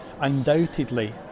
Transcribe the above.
undoubtedly